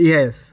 Yes